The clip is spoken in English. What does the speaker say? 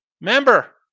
member